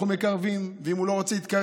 אנחנו מקרבים, ואם הוא לא רוצה להתקרב,